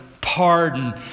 pardon